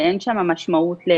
שאין שם משמעות ל